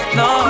no